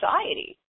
society